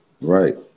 Right